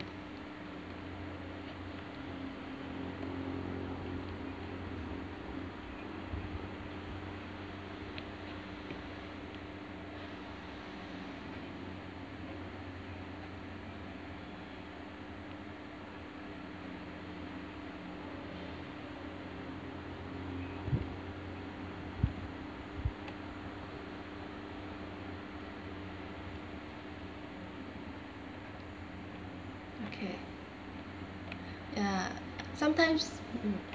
okay ya sometimes mm